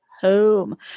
home